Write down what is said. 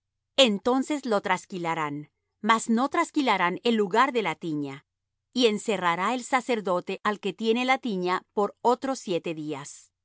entonces lo trasquilarán mas no trasquilarán el lugar de la tiña y encerrará el sacerdote al que tiene la tiña por otros siete días